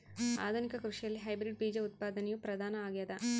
ಆಧುನಿಕ ಕೃಷಿಯಲ್ಲಿ ಹೈಬ್ರಿಡ್ ಬೇಜ ಉತ್ಪಾದನೆಯು ಪ್ರಧಾನ ಆಗ್ಯದ